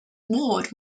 ward